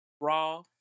raw